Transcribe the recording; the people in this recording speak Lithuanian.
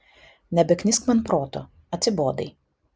nebeknisk man proto atsibodai